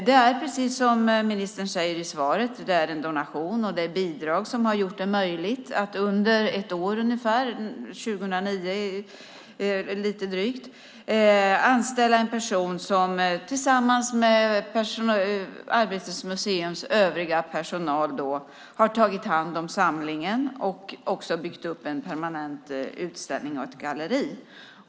Det är, precis som ministern säger i svaret, en donation och bidrag som har gjort det möjligt att anställa en person som tillsammans med Arbetets museums övriga personal under drygt ett år - 2009 - har tagit hand om samlingen och också byggt upp en permanent utställning och ett galleri.